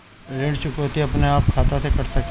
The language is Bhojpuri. ऋण चुकौती अपने आप खाता से कट सकेला?